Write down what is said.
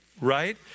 right